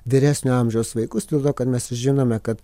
vyresnio amžiaus vaikus dėl to kad mes žinome kad